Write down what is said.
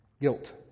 Guilt